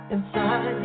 Inside